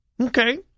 Okay